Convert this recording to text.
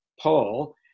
Paul